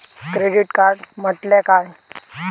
Credit card म्हटल्या काय?